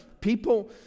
people